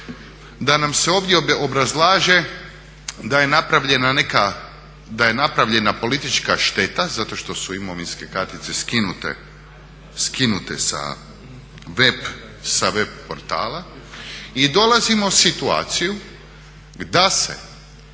da je napravljena neka, da je napravljena politička šteta zato što su imovinske kartice skinute sa web portala i dolazimo u situaciju da se